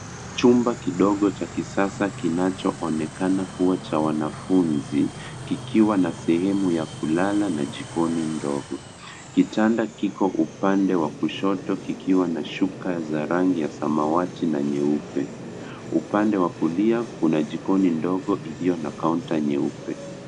Chumba kidogo cha kisasa kinachoonekana kuwa cha wanafunzi kikiwa na sehemu ya kulala na jikoni ndogo kitanda kiko upande wa kushoto kikiwa na shuka za rangi ya samawati na nyeupe upande wa kulia kuna jikoni ndogo ilio na kaunta nyeupe.